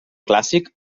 clàssic